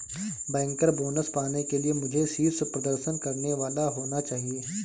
banker bonus पाने के लिए मुझे शीर्ष प्रदर्शन करने वाला होना चाहिए